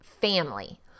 family